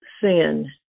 sin